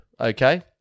Okay